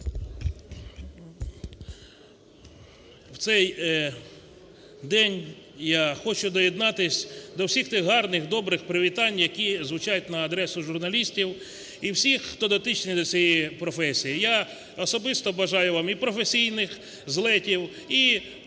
В цей день я хочу доєднатись до всіх тих гарних, добрих привітань, які звучать на адресу журналістів і всіх, хто дотичний до цієї професії. Я особисто бажаю вам і професійних злетів, і власних